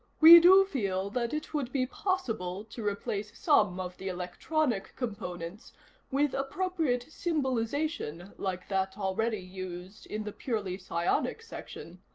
we do feel that it would be possible to replace some of the electronic components with appropriate symbolization like that already used in the purely psionic sections,